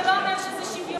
זה לא אומר שזה שוויוני.